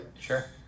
sure